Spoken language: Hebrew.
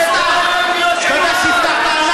תתבייש לך.